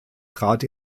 trat